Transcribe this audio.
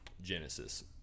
Genesis